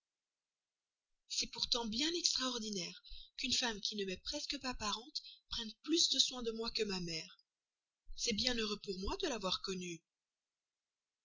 c'est pourtant bien extraordinaire qu'une femme qui ne m'est presque pas parente prenne plus de soin de moi que ma mère c'est bien heureux pour moi de l'avoir connue